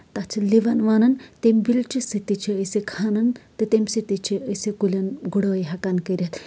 تَتھ چھِ لِون وَنان تَمہِ بیل چہٕ سۭتۍ تہِ چھِ أسۍ کھنان تہٕ تَمہِ سۭتۍ تہِ چھِ أسہِ کُلٮ۪ن گُڈٲے ہٮ۪کان کٔرِتھ